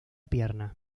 pierna